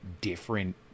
different